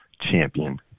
champion